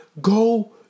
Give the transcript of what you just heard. go